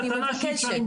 אני מבקשת.